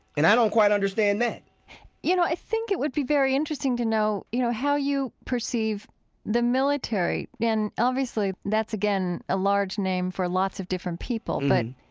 and i don't quite understand that you know, i think it would be very interesting to know, you know, how you perceive the military. yeah and, obviously, that's, again, a large name for lots of different people. but,